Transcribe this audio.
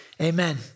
Amen